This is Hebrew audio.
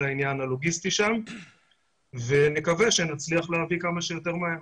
העניין הלוגיסטי שם ונקווה שנצליח להביא כמה שיותר מהר.